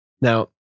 Now